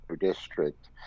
district